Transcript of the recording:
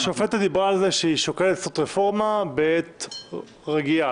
השופטת אמרה שהיא שוקלת לעשות רפורמה בעת רגיעה.